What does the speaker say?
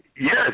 Yes